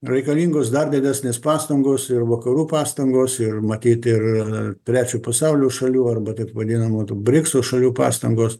reikalingos dar didesnės pastangos ir vakarų pastangos ir matyt ir trečio pasaulio šalių arba taip vadinamų tų brikso šalių pastangos